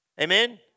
Amen